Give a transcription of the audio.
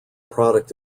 product